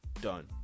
Done